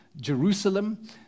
Jerusalem